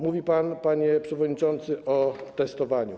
Mówi pan, panie przewodniczący, o testowaniu.